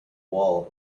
wall